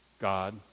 God